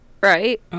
right